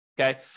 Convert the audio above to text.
okay